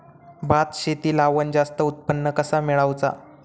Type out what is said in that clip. भात शेती लावण जास्त उत्पन्न कसा मेळवचा?